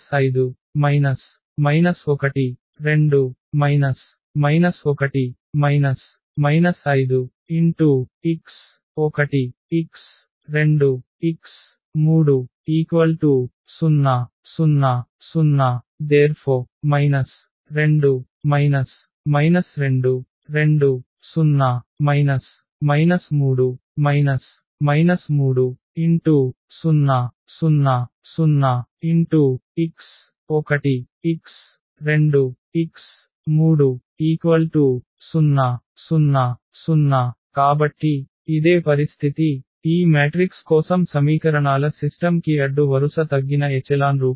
2 2 2 2 5 1 2 1 5 x1 x2 x3 0 0 0 2 2 2 0 3 3 0 0 0 x1 x2 x3 0 0 0 కాబట్టి ఇదే పరిస్థితి ఈ మ్యాట్రిక్స్ కోసం సమీకరణాల సిస్టమ్ కి అడ్డు వరుస తగ్గిన ఎచెలాన్ రూపం